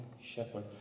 shepherd